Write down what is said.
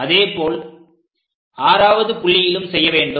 அதேபோல் 6வது புள்ளியிலும் செய்ய வேண்டும்